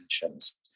dimensions